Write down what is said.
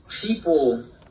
people